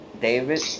David